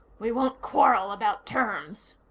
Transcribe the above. we won't quarrel about terms.